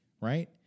Right